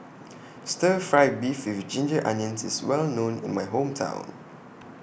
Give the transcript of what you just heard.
Stir Fry Beef with Ginger Onions IS Well known in My Hometown